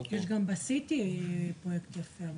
יש גם בסיטי פרויקט יפה.